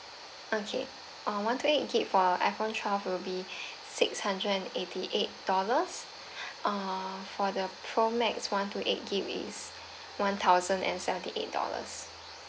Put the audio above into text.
okay uh one two eight gigabyte for iphone twelve will be six hundred and eighty eight dollars uh for the pro max one two eight gigabyte is one thousand and seventy eight dollars